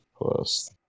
plus